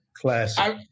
classic